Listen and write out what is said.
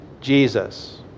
Jesus